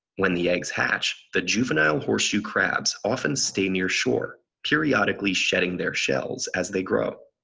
when the eggs hatch the juvenile horseshoe crabs often stay near shore, periodically shedding their shells as they grow.